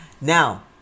now